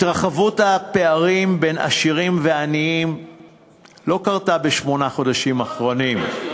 התרחבות הפערים בין עשירים ועניים לא קרתה בשמונה החודשים האחרונים,